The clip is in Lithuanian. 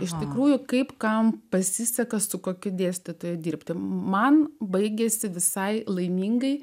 iš tikrųjų kaip kam pasiseka su kokiu dėstytoja dirbti man baigėsi visai laimingai